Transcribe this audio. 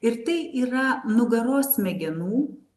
ir tai yra nugaros smegenų